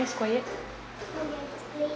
quiet